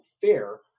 fair